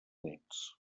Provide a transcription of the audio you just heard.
néts